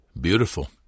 Beautiful